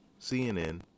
CNN